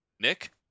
Nick